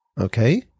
Okay